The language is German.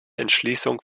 entschließung